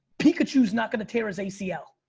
pikachu is not gonna tear his acl.